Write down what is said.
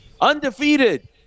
undefeated